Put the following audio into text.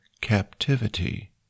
captivity